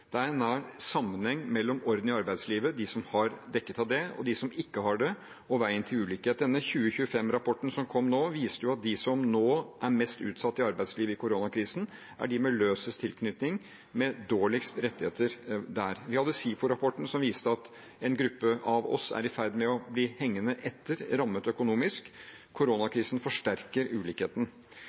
mellom orden i arbeidslivet, de som er dekket av det, og de som ikke er det, og veien til ulikhet. Denne 2025-rapporten som kom nå, viste jo at de som nå er mest utsatt i arbeidslivet i koronakrisen, er de med løsest tilknytning, de med dårligst rettigheter der. Vi hadde SIFO-rapporten, som viste at en gruppe av oss er i ferd med å bli hengende etter, rammet økonomisk. Koronakrisen forsterker ulikheten.